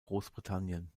großbritannien